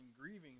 grieving